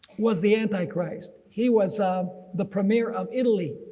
was the antichrist. he was the premiere of italy,